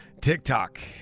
TikTok